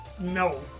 no